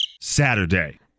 Saturday